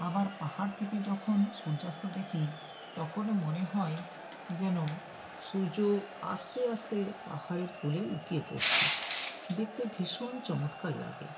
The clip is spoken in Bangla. আবার পাহাড় থেকে যখন সূর্যাস্ত দেখি তখনও মনে হয় যেন সূর্য আস্তে আস্তে পাহাড়ের কোলে লুকিয়ে পড়ছে দেখতে ভীষণ চমৎকার লাগে